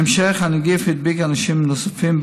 בהמשך הנגיף הדביק אנשים נוספים,